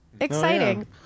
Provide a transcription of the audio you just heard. Exciting